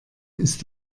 ist